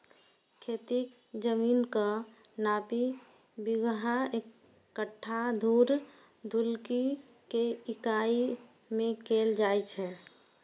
खेतीक जमीनक नापी बिगहा, कट्ठा, धूर, धुड़की के इकाइ मे कैल जाए छै